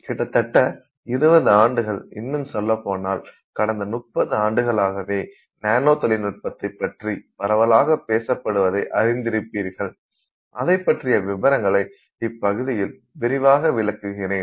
கிட்டதட்ட 20 ஆண்டுகள் இன்னும் சொல்லப்போனால் கடந்த முப்பது ஆண்டுகளாகவே நானோ தொழில்நுட்பத்தைப் பற்றி பரவலாக பேசப்படுவதை அறிந்திருப்பீர்கள் அதைப் பற்றிய விபரங்களை இப்பகுதியில் விரிவாக விளக்குகிறேன்